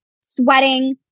sweating